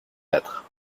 battre